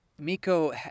Miko